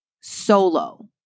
solo